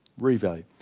revalue